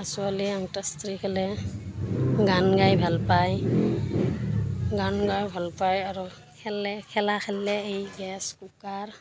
আৰু ছোৱালী অন্ত আক্ষৰি খেলে গান গাই ভাল পায় গান গাই ভাল পায় আৰু খেলে খেলা খেলে এই গেছ কুকাৰ